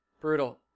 Brutal